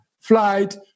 flight